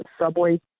subway